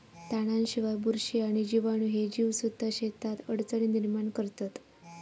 तणांशिवाय, बुरशी आणि जीवाणू ह्ये जीवसुद्धा शेतात अडचणी निर्माण करतत